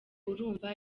urumva